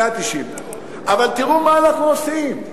190. אבל תראו מה אנחנו עושים.